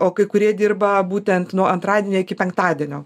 o kai kurie dirba būtent nuo antradienio iki penktadienio